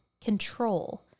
control